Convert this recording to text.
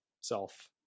self